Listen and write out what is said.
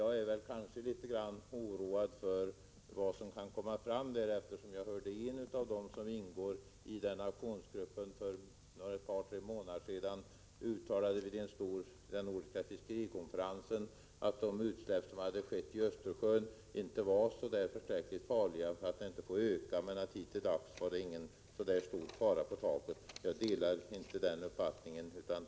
Jag är emellertid oroad för vad som kan komma fram där, eftersom jag hörde en av dem som ingår i aktionsgruppen för ett par tre månader sedan vid den nordiska fiskerikonferensen uttala att de utsläpp som skett i Östersjön inte var så förskräckligt farliga, att de inte får öka ytterligare men att det hittilldags inte var någon större fara på taket. Jag delar inte den uppfattningen.